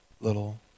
little